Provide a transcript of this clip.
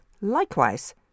Likewise